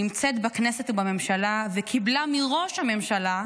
נמצאת בכנסת ובממשלה וקיבלה מראש הממשלה,